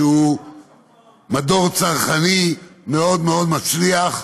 שהוא מדור צרכני מאוד מאוד מצליח.